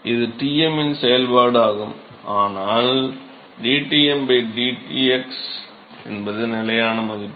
இது Tm இன் சமன்பாடு ஆகும் ஆனால் dTm dx என்பது நிலையான மதிப்பு